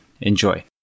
Enjoy